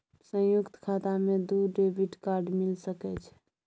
संयुक्त खाता मे दू डेबिट कार्ड मिल सके छै?